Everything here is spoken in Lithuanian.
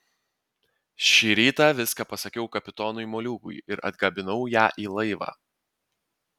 šį rytą viską pasakiau kapitonui moliūgui ir atgabenau ją į laivą